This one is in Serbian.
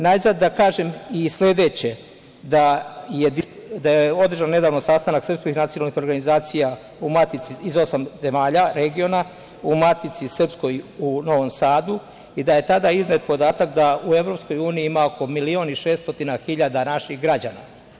Najzad da kažem i sledeće, da je održan sastanak srpskih nacionalnih organizacija iz osam zemalja regiona u Matici srpskoj u Novom Sadu i da je tada iznet podatak da u EU ima oko 1.600.000 naših građana.